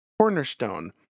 cornerstone